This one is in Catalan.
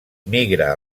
migra